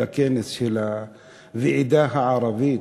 הכנס של הוועידה הערבית,